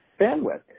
bandwidth